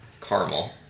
Caramel